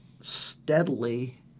steadily